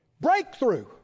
breakthrough